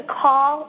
call